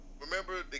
remember